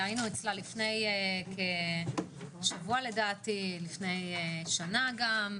היינו אצלה לפני שבוע ולפני שנה גם,